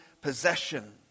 possession